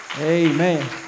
Amen